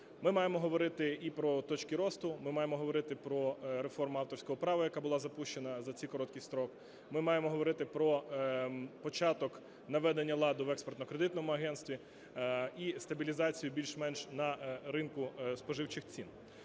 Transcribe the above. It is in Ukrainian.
Ми маємо говорити і про точки росту, ми маємо говорити про реформу авторського права, яка була запущена за цей короткий строк. Ми маємо говорити про початок наведення ладу в Експортно-кредитному агентстві і стабілізацію більш-менш на ринку споживчих цін.